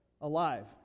alive